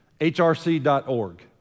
hrc.org